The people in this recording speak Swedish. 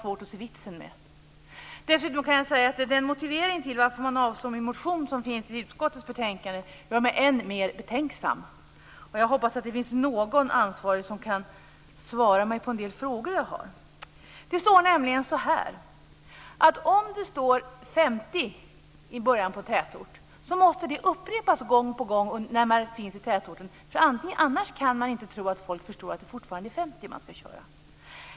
Motiveringen i betänkandet till att man avstyrker motionen gör mig ännu mer betänksam. Jag hoppas att det finns någon ansvarig som kan svara på en del frågor som jag har. Man skriver att om det står 50 i början av en tätort måste det upprepas gång på gång inne i tätorten för annars kanske folk inte förstår att det fortfarande är 50 som man ska köra.